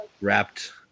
wrapped